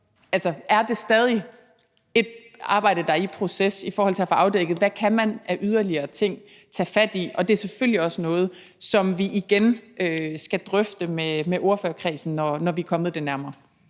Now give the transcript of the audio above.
derfor er det stadig væk et arbejde, der er i proces, i forhold til at få afdækket, hvad man kan tage fat i af yderligere ting, og det er selvfølgelig også noget, som vi igen skal drøfte med ordførerkredsen, når vi er kommet det nærmere.